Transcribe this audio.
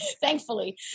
Thankfully